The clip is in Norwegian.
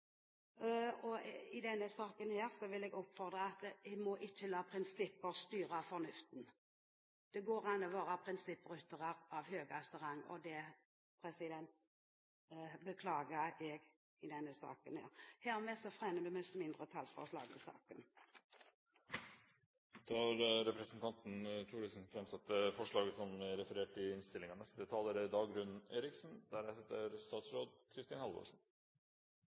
I denne saken vil jeg oppfordre til at en ikke lar prinsipper styre fornuften. Det går an å være prinsippryttere av høyeste rang, og det beklager jeg i denne saken. Hermed fremmer jeg mindretallsforslaget i saken. Representanten Bente Thorsen har tatt opp det forslaget hun refererte til. Historien om krigsseilerne er